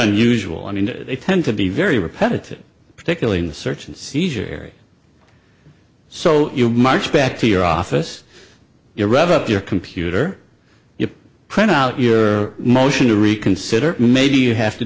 unusual i mean they tend to be very repetitive particularly in the search and seizure area so you march back to your office you're rev up your computer you print out your motion to reconsider maybe you have to